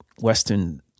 Western